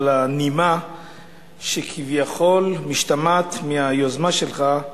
על הנימה שכביכול משתמעת מהיוזמה שלך,